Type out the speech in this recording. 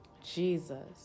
Jesus